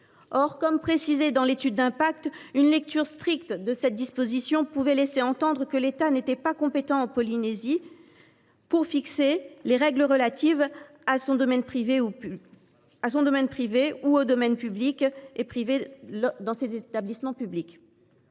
Or, comme le précise l’étude d’impact, une lecture stricte de cette disposition pouvait laisser entendre que l’État n’était pas compétent en Polynésie pour fixer les règles relatives à son domaine privé ou au domaine, public ou privé, de ses établissements publics.